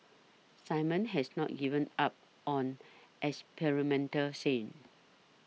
Simon has not given up on experimental thing